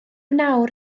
nawr